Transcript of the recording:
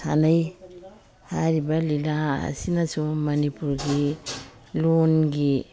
ꯁꯥꯟꯅꯩ ꯍꯥꯏꯔꯤꯕ ꯂꯤꯂꯥ ꯑꯁꯤꯅꯁꯨ ꯃꯅꯤꯄꯨꯔꯒꯤ ꯂꯣꯟꯒꯤ